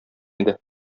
иде